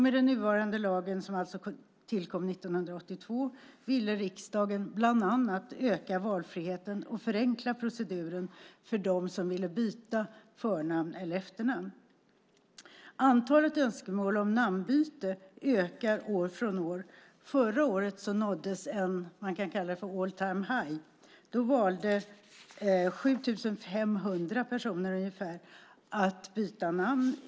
Med den nuvarande lagen, som tillkom 1982, ville riksdagen bland annat öka valfriheten och förenkla proceduren för dem som ville byta förnamn eller efternamn. Antalet önskemål om namnbyte ökar år för år. Förra året nåddes vad man kan kalla för all-time-high. Då valde ungefär 7 500 personer att byta namn.